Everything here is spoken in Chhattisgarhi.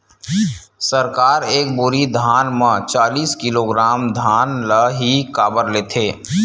सरकार एक बोरी धान म चालीस किलोग्राम धान ल ही काबर लेथे?